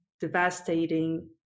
devastating